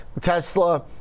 Tesla